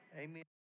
Amen